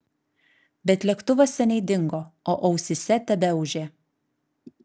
bet lėktuvas seniai dingo o ausyse tebeūžė